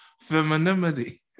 femininity